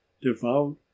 devout